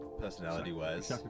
personality-wise